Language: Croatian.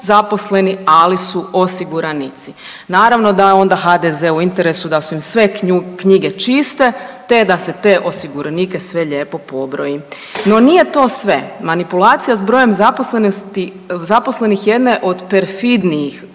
zaposleni, ali su osiguranici. Naravno da je onda HDZ-u u interesu da su im sve knjige čiste te da se te osiguranike sve lijepo pobroji. No, nije to sve. Manipulacija s brojem zaposlenih jedna je od perfidnijih